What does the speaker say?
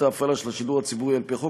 ההפעלה של השידור הציבורי על-פי החוק,